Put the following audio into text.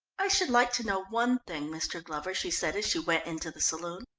i should like to know one thing, mr. glover, she said as she went into the saloon.